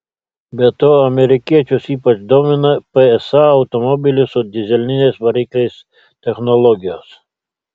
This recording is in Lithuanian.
be to amerikiečius ypač domina psa automobilių su dyzeliniais varikliais technologijos